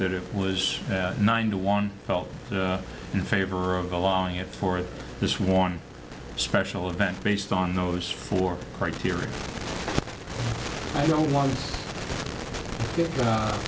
that it was nine to one felt in favor of allowing it for this one special event based on those four criteria i don't want